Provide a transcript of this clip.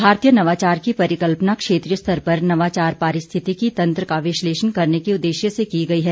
भारतीय नवाचार की परिकल्पना क्षेत्रीय स्तर पर नवाचार पारिस्थितिकी तंत्र का विश्लेषण करने के उददेश्य से की गई है